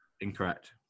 Incorrect